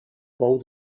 pou